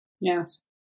Yes